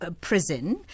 prison